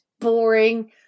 boring